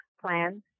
plans